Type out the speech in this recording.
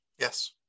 Yes